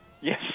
Yes